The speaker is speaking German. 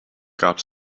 gab